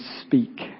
speak